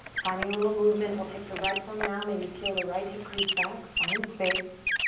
finding a little movement. we'll take the right thumb now, maybe peel the right hip crease back. find space.